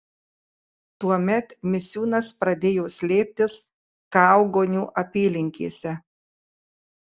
tuomet misiūnas pradėjo slėptis kaugonių apylinkėse